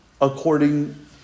according